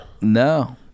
No